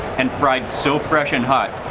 and fried so fresh and hot.